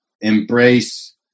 embrace